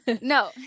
no